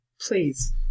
Please